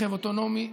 זה לא כלי מסוכן.